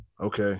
Okay